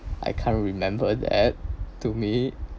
I can't remember that to me